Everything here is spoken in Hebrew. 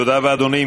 תודה רבה, אדוני.